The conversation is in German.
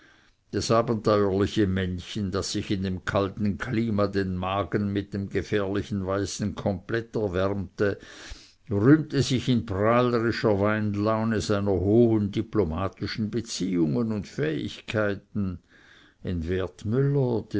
das abenteuerliche männchen das sich in dem kalten klima den magen mit dem gefährlichen weißen completer wärmte rühmte sich in prahlerischer weinlaune seiner hohen diplomatischen beziehungen und fähigkeiten in